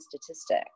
statistic